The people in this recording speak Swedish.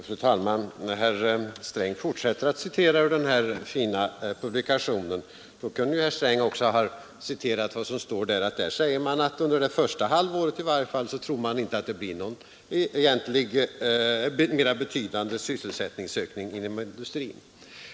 Fru talman! Herr Sträng fortsätter att citera ur samma fina publikation. Då kunde ju herr Sträng också ha citerat vad som där står om att man tror att det i varje fall inte under första halvåret kommer att bli någon mera betydande sysselsättningsökning inom industrin.